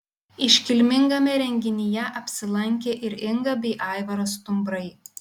iškilmingame renginyje apsilankė ir inga bei aivaras stumbrai